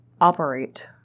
operate